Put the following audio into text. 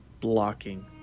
blocking